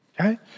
okay